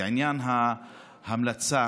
לעניין ההמלצה